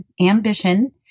ambition